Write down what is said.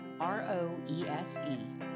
R-O-E-S-E